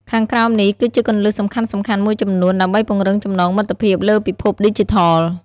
ខាងក្រោមនេះគឺជាគន្លឹះសំខាន់ៗមួយចំនួនដើម្បីពង្រឹងចំណងមិត្តភាពលើពិភពឌីជីថល៖